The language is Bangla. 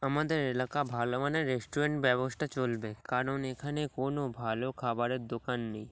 আমাদের এলাকা ভালো মানের রেস্টুরেন্ট ব্যবস্থা চলবে কারণ এখানে কোনো ভালো খাবারের দোকান নেই